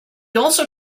also